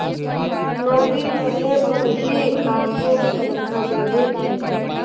नोकरी करले पर ही काहको तनखा मिले छे